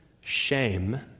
Shame